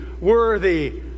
worthy